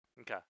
Okay